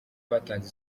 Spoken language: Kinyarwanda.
batanze